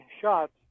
shots